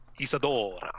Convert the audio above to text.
Isadora